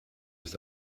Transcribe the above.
ist